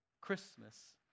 Christmas